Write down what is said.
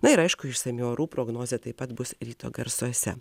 na ir aišku išsami orų prognozė taip pat bus ryto garsuose